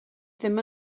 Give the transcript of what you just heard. ddim